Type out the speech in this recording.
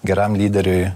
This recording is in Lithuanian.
geram lyderiui